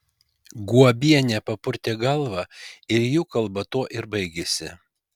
guobienė papurtė galvą ir jų kalba tuo ir baigėsi